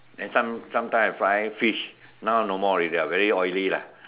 and sometimes I fry fish now no more already very oily lah